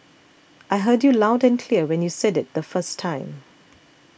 I heard you loud and clear when you said it the first time